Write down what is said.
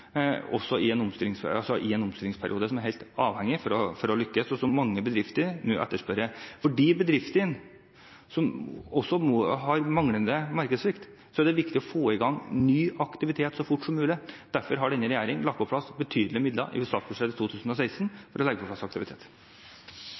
i en omstillingsperiode, som en er helt avhengig av for å lykkes, og som mange bedrifter nå etterspør. For de bedriftene som nå har markedssvikt, er det viktig å få i gang ny aktivitet så fort som mulig. Derfor har denne regjeringen lagt inn betydelige midler i statsbudsjettet for 2016 for å skape aktivitet. Replikkordskiftet er dermed omme. De talere som heretter får ordet, har en taletid på